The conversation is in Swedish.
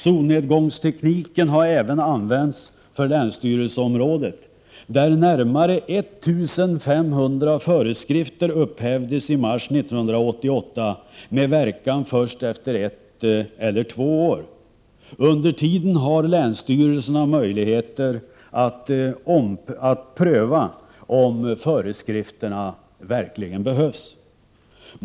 Solnedgångstekniken har även använts för länsstyrelseområdet, där närmare 1 500 föreskrifter upphävdes i mars 1988, med verkan först efter ett eller två år. Under tiden har länsstyrelserna möjlighet att pröva om föreskrifterna verkligen behövs.